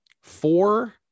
Four